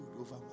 over